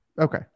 Okay